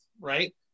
right